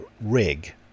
rig